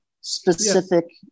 specific